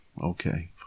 okay